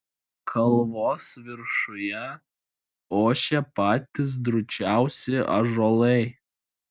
kalvos viršuje ošė patys drūčiausi ąžuolai